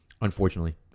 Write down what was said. unfortunately